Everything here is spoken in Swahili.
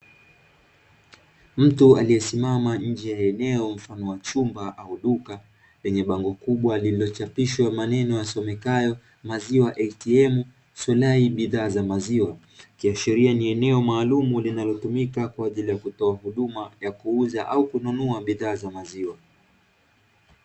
Mtu aliesimama nje ya eneo, mfano wa chumba au duka lenye bango kubwa lililochapishwa maneno yasomekayo "maziwa ATM sonai bidhaa za maziwa", kisheria ni eneo maalumu linalotumika kuuza au kununua bidhaa za maziwa.